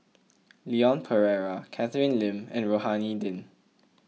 Leon Perera Catherine Lim and Rohani Din